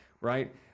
right